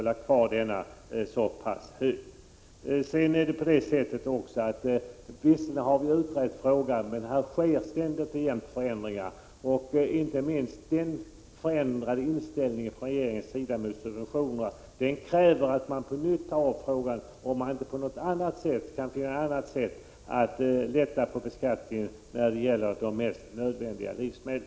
Vi har visserligen utrett denna fråga, men det inträffar ständigt förändringar. Inte minst regeringens förändrade inställning till subventionerna aktualiserar ett återupptagande av frågan om man inte på något annat sätt kan lätta på beskattningen av de nödvändigaste livsmedlen.